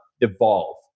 evolve